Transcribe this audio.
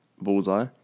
Bullseye